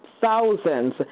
thousands